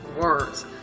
words